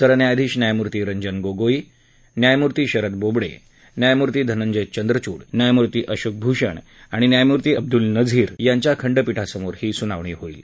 सरन्यायाधीश न्यायमूर्ती रंजन गोगोई न्यायमूर्ती शरद बोबडे न्यायमूर्ती धंनजय चंद्रचूड न्यायमूर्ती अशोक भूषण आणि न्यायमूर्ती अब्दुल नझीर यांच्या खंडपीठासमोर ही सुनावणी होईल